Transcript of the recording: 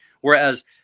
whereas